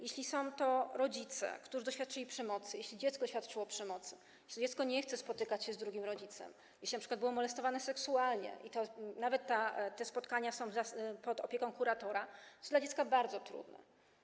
Jeśli są to rodzice, którzy doświadczyli przemocy, jeśli dziecko doświadczyło przemocy, jeśli dziecko nie chce spotykać się z drugim rodzicem, jeśli np. było molestowane seksualnie, to nawet jeśli te spotkania są pod opieką kuratora, to jest to dla dziecka bardzo trudne.